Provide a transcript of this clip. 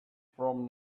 from